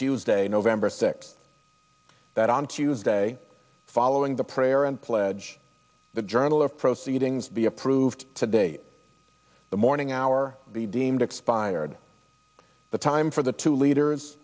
tuesday november sixth that on tuesday following the prayer and pledge the journal of proceedings be approved today the morning hour be deemed expired the time for the two leaders